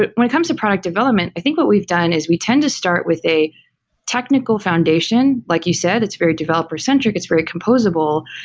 when it comes to product development, i think what we've done is we tend to start with a technical foundation. like you said, it's very developer-centric, it's very composable,